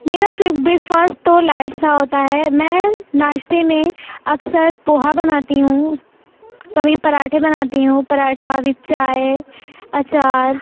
میرا فریک بریکفاسٹ تو لائٹ سا ہوتا ہے میں ناشتے میں اکثر پوہا بناتی ہوں کبھی پراٹھے بناتی ہوں پراٹھا وت چائے اچار